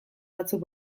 batzuk